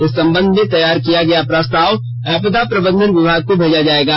इस संबध में तैयार किया गया प्रस्ताव आपदा प्रबंधन विभाग को भेजा जाएगा